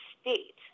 state